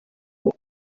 ubu